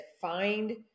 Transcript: find